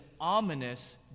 ominous